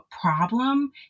problem